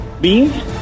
Beans